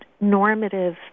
normative